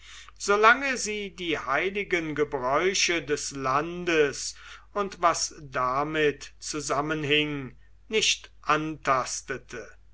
sie die heiligen gebräuche des landes und was damit zusammenhing nicht antastete